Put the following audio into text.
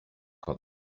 got